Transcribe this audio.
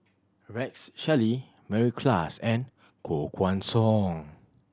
Rex Shelley Mary Klass and Koh Guan Song